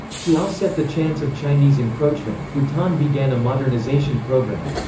to offset the chance of chinese encroachment, bhutan began a modernization program.